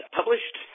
published